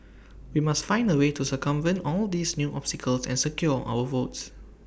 we must find A way to circumvent all these new obstacles and secure our votes